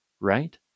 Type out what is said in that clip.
right